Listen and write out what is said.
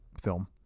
film